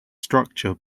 structure